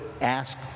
ask